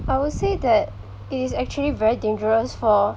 I would say that it is actually very dangerous for